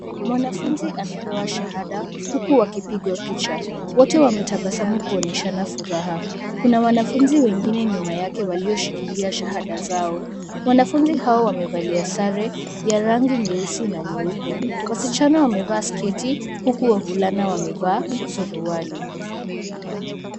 Mwanafunzi anapea shahada, huku wakipigwa picha. Wote wametabasamu kuonyeshana furaha, kuna wanafunzi wengine, nyuma yake walioshikilia shahada zao, wanafunzi hawa wamevalia sare ya rangi nyeusi, na nyeupe. Wasichana wamevaa sketi, huku wavulana wamevaa suruali.